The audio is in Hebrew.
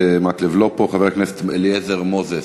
מאחורי ה"רלוונטי"